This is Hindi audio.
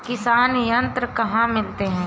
किसान यंत्र कहाँ मिलते हैं?